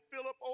Philip